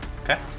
Okay